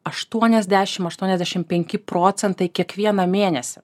aštuoniasdešim aštuoniasdešim penki procentai kiekvieną mėnesį